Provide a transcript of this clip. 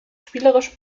spielerische